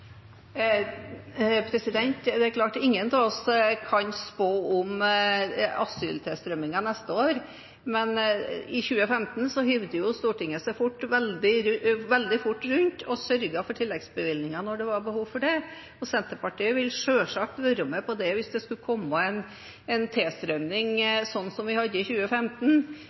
spå om asyltilstrømningen neste år, men i 2015 hev jo Stortinget seg veldig fort rundt og sørget for tilleggsbevilgninger når det var behov for det. Senterpartiet vil selvsagt være med på det hvis det skulle komme en tilstrømning som den vi hadde i 2015.